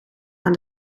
aan